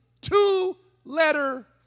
two-letter